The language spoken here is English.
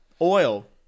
oil